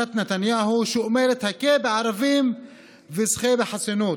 נתניהו, שאומרת: הכה בערבים וזכה בחסינות.